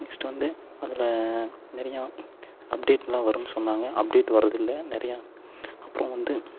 next வந்து அதில் நிறையா அப்டேட்லாம் வரும்னு சொன்னாங்க அப்டேட் வர்றதுல்லை நிறையா அப்பறம் வந்து